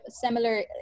similar